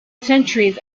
centuries